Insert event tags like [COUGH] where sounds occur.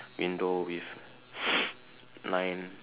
window with [NOISE] nine